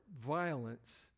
violence